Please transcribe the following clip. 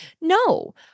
No